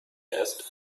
asked